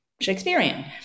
Shakespearean